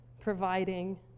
providing